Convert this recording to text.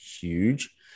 huge